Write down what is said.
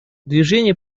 движение